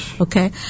Okay